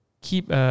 keep